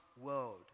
world